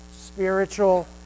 spiritual